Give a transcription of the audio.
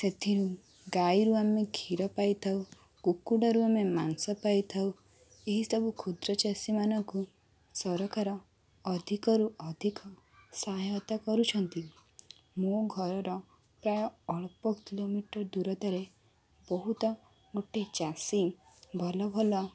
ସେଥିରୁ ଗାଈରୁ ଆମେ କ୍ଷୀର ପାଇଥାଉ କୁକୁଡ଼ାରୁ ଆମେ ମାଂସ ପାଇଥାଉ ଏହିସବୁ କ୍ଷୁଦ୍ରଚାଷୀମାନଙ୍କୁ ସରକାର ଅଧିକରୁ ଅଧିକ ସହାୟତା କରୁଛନ୍ତି ମୋ ଘରର ପ୍ରାୟ ଅଳ୍ପ କିଲୋମିଟର ଦୂରତାରେ ବହୁତ ଗୋଟେ ଚାଷୀ ଭଲ ଭଲ